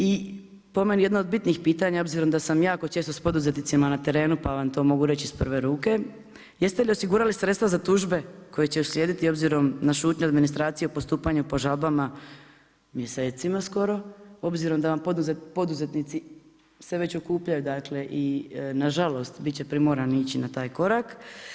I po meni jedno od bitnih pitanja, obzirom da sam jako često s poduzetnicima na terenu pa vam to mogu reći iz prve ruke, jeste li osigurali sredstva za tužbe koje će uslijediti obzirom na šutnju administracije u postupanju po žalbama mjesecima skoro obzirom da vam poduzetnici se već okupljaju dakle i nažalost biti će primorani ići na taj korak.